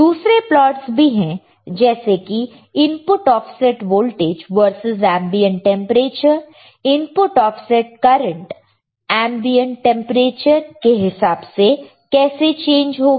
दूसरे प्लॉट्स भी हैं जैसे कि input offset voltage versus ambient temperature input offset current ambient temperature के हिसाब से कैसे चेंज होगा